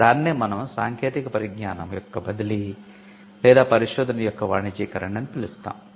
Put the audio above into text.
దానినే మనం సాంకేతిక పరిజ్ఞానం యొక్క బదిలీ లేదా పరిశోధన యొక్క వాణిజ్యీకరణ అని పిలుస్తాము